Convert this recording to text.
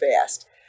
fast